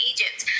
Egypt